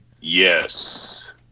Yes